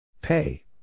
Pay